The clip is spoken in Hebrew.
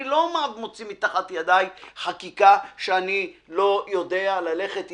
לא מוציא מתחת ידי חקיקה שאני לא יודע ללכת איתה.